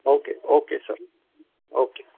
okay okay sir okay